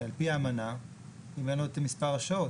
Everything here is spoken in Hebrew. על פי האמנה אם אין לו את מספר השעות,